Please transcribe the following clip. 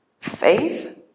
faith